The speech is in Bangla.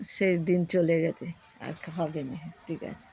সেই দিন চলে গেছে আর হবে না ঠিক আছে